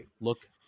look